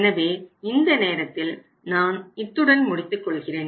எனவே இந்த நேரத்தில் நான் இத்துடன் முடித்துக் கொள்கிறேன்